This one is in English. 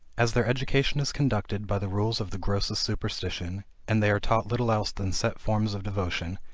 as their education is conducted by the rules of the grossest superstition, and they are taught little else than set forms of devotion,